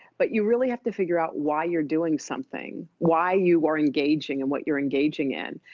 but you really have to figure out why you're doing something, why you are engaging and what you're engaging in.